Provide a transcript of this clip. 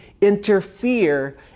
interfere